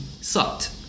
sucked